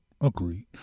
Agreed